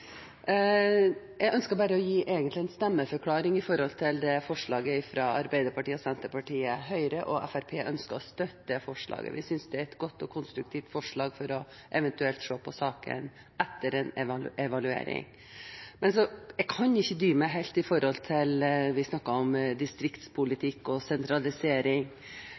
Jeg ønsker egentlig bare å gi en stemmeforklaring til forslaget fra Arbeiderpartiet og Senterpartiet. Høyre og Fremskrittspartiet ønsker å støtte forslaget, vi synes det er et godt og konstruktivt forslag for eventuelt å se på saken etter en evaluering. Men jeg kan ikke dy meg helt med hensyn til at vi snakket om distriktspolitikk og sentralisering.